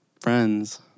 friends